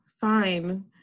Fine